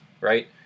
right